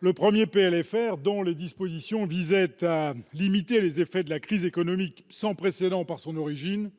le premier PLFR, dont les dispositions visaient à limiter les effets d'une crise économique sans précédent par son origine